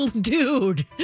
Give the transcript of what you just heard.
dude